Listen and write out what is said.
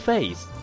Face